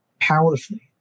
powerfully